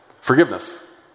forgiveness